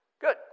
Good